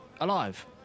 alive